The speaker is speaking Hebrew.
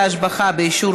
בית המשפט המוסמך),